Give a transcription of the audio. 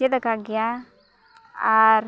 ᱪᱮᱫ ᱟᱠᱟᱫ ᱜᱮᱭᱟ ᱟᱨ